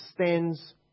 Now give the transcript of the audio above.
stands